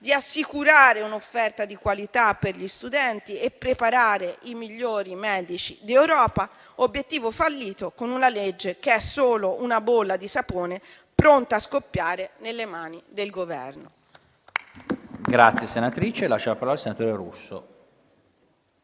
di assicurare un'offerta di qualità per gli studenti e preparare i migliori medici di Europa; obiettivo fallito con una legge che è solo una bolla di sapone pronta a scoppiare nelle mani del Governo. PRESIDENTE. È iscritto a parlare il senatore Russo.